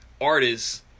artists